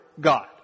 God